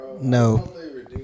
No